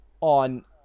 on